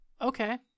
Okay